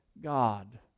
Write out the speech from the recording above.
God